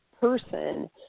person